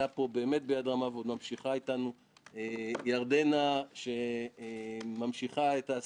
מכל השיחות והדיונים הוצאתם דוח ואני חושב שמגיע לכם באמת כבוד גדול.